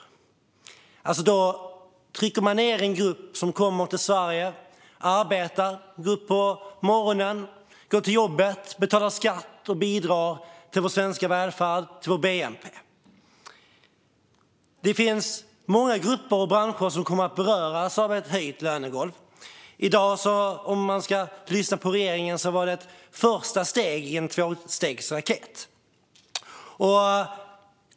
Man trycker ned en grupp som kommer till Sverige och arbetar, som går upp på morgonen, går till jobbet, betalar skatt och bidrar till vår svenska välfärd och till vår bnp. Det finns många grupper och branscher som kommer att beröras av ett höjt lönegolv. Det som kom i dag var, om man ska lyssna på regeringen, ett första steg i en tvåstegsraket.